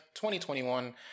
2021